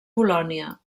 polònia